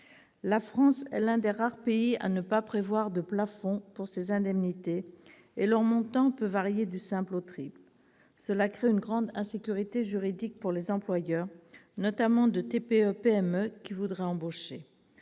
La France est l'un des rares pays à ne pas prévoir de plafond pour ces indemnités, et leur montant peut varier du simple au triple ! Cela crée une grande insécurité juridique pour les employeurs, notamment les TPE-PME, qui voudraient embaucher.